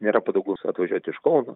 nėra patogus atvažiuoti iš kauno